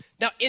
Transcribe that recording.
Now